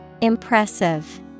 Impressive